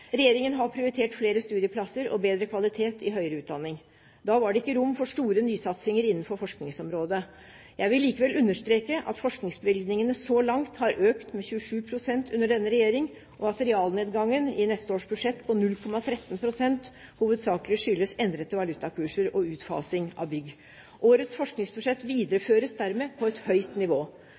Regjeringen har prioritert flere studieplasser og bedre kvalitet i høyere utdanning. Da var det ikke rom for store nysatsinger innenfor forskningsområdet. Jeg vil likevel understreke at forskningsbevilgningene så langt har økt med 27 pst. under denne regjeringen, og at realnedgangen på 0,13 pst. i neste års budsjett hovedsakelig skyldes endrede valutakurser og utfasing av bygg. Årets forskningsbudsjett videreføres dermed på et høyt nivå.